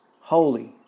holy